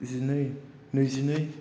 जिनै नैजिनै